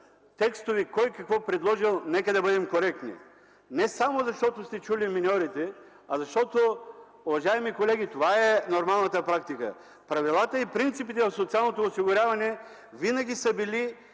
текстове – кой какво е предложил, нека да бъдем коректни. Не само защото сте чули миньорите, а защото, уважаеми колеги, това е нормалната практика. Правилата и принципите на социалното осигуряване винаги са били